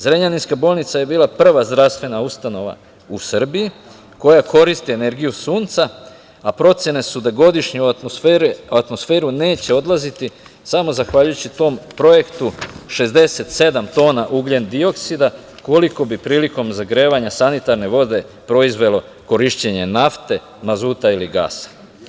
Zrenjaninska bolnica je bila prva zdravstvena ustanova u Srbiji koja koristi energiju Sunca, a procene su da godišnje u atmosferu neće odlaziti samo zahvaljujući tom projektu 67 tona ugljendioksida, koliko bi prilikom zagrevanja sanitarne vode proizvelo korišćenje nafte, proizvodnje mazuta ili gasa.